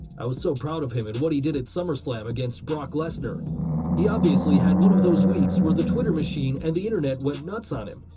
i was so proud of him and what he did at summerslam against brock lesnar he obviously had one of those weeks where the twitter machine and the internet went nuts on him,